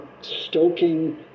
stoking